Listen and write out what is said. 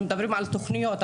אנחנו מדברים על תוכניות,